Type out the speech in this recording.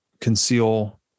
conceal